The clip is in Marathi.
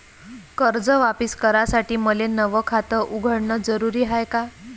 कर्ज वापिस करासाठी मले नव खात उघडन जरुरी हाय का?